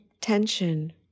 tension